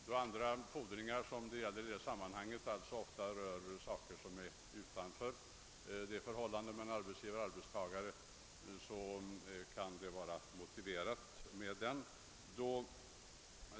Då andra fordringar i detta sammanhang ofta ligger utanför förhållandet mellan arbetsgivare och arbetstagare kan detta vara motiverat.